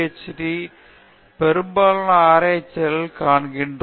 D முடித்த பெரும்பாலான ஆராய்ச்சியாளர்களைக் காண்கிறோம்